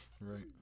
Right